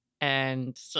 and-